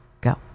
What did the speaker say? Go